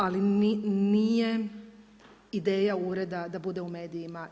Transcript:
Ali nije ideja ureda da bude u medijima.